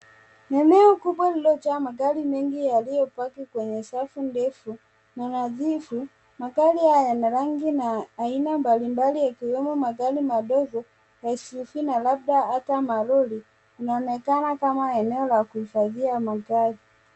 Eneo kubwa lililojaa magari mengi yaliyopaki kwenye safu ndefu na nadhifu na, magari haya ya marangi na aina mbalimbali yakiwemo magari madogo ya SUV na labda ata malori inaonekana kama eneo la kuhifadhia magari.